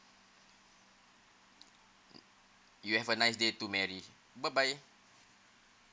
you have a nice day too mary bye bye